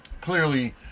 clearly